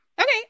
Okay